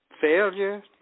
failure